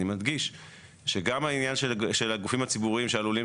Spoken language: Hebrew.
אני מדגיש שגם העניין של הגופים הציבוריים שעלולים